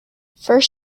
first